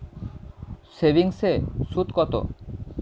সেভিংসে সুদ কত?